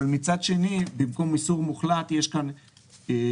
אבל מצד שני במקום איסור מוחלט יש כאן החלטה,